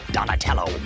Donatello